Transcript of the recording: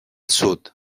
sud